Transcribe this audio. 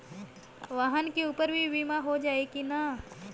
वाहन के ऊपर भी बीमा हो जाई की ना?